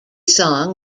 song